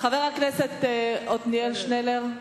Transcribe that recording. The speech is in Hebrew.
חבר הכנסת עתניאל שנלר?